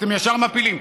אתם ישר מפילים.